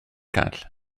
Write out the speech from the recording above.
call